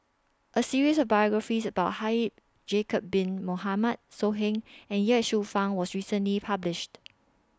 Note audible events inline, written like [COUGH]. A series of biographies about Haji [UNINTELLIGIBLE] Bin Mohamed So Heng and Ye Shufang was recently published